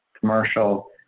commercial